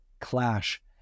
clash